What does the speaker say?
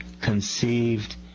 conceived